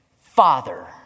Father